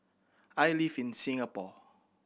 I live in Singapore